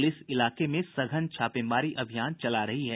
police इलाके में सघन छापेमारी अभियान चला रही है